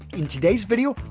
in today's video,